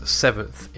seventh